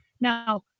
Now